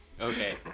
Okay